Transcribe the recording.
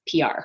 PR